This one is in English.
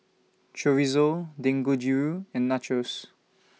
Chorizo Dangojiru and Nachos